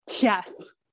yes